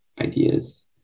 ideas